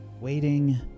waiting